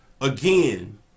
Again